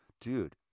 dude